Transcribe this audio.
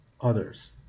others